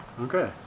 Okay